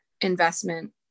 investment